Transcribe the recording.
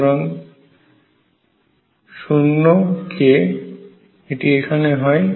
সুতরাং 0 k টি এখানে হয়